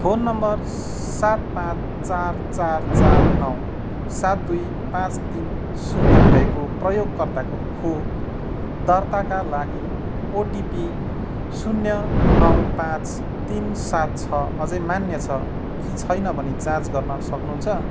phone number सात पाँच चार चार चार नौ सात दुई पाँच तिन शून्य भएको प्रयोगकर्ताको खोप दर्ताका लागि ओटिपी शून्य नौ पाँच तिन सात छ अझै मान्य छ कि छैन भनी जाँच गर्न सक्नुहुन्छ